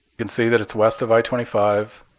can see that it's west of i twenty five.